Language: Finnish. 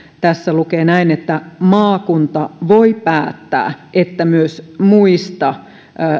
tässä lukee näin maakunta voi päättää että myös muista